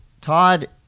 Todd